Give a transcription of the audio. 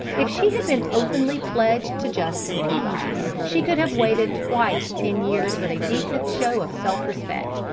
if she had been openly pledged to justin peabody, she could have waited twice ten years with a decent show of self-respect,